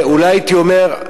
והייתי אומר,